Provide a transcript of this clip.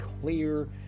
clear